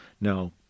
Now